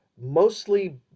mostly